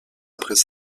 après